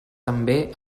també